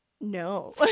No